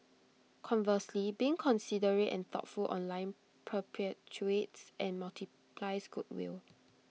conversely being considerate and thoughtful online perpetuates and multiplies goodwill